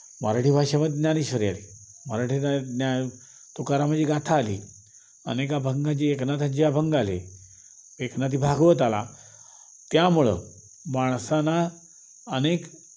मराठी भाषेमध्ये ज्ञानेश्वरी आली मराठी ज्ञ तुकारामाची गाथा आली अनेक अभंगाची एकनाथाचे अभंग आले एकनाथी भागवत आला त्यामुळं माणसांना अनेक